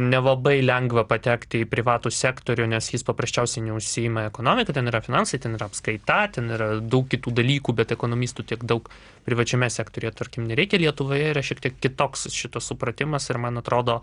nelabai lengva patekti į privatų sektorių nes jis paprasčiausiai neužsiima ekonomika yra finansai ten yra apskaita ten yra daug kitų dalykų bet ekonomistų tiek daug privačiame sektoriuje tarkim nereikia lietuvoje yra šiek tiek kitoks šito supratimas ir man atrodo